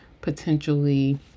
potentially